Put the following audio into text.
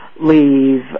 leave